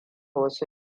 wasu